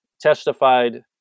testified